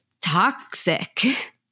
toxic